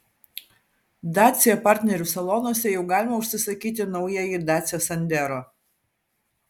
dacia partnerių salonuose jau galima užsisakyti naująjį dacia sandero